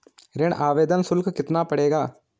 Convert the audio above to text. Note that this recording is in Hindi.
ऋण आवेदन शुल्क कितना पड़ेगा?